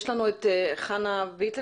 יש לנו את חנה ויטלזון